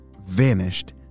vanished